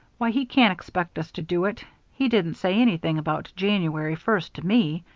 why, he can't expect us to do it. he didn't say anything about january first to me.